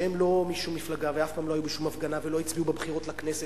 שהם לא משום מפלגה ואף פעם לא היו בשום הפגנה ולא הצביעו בבחירות לכנסת,